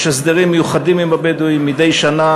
יש הסדרים מיוחדים עם הבדואים מדי שנה